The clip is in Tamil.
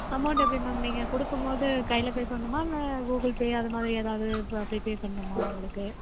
அமௌன்டு எப்படி மேம் நீங்கள் கொடுக்கும் போது கையில் பே பண்ணணுமா இல்லை கூகிள்பே அது மாதிரி எதாவது அப்படி பே பண்ணணுமா உங்களுக்கு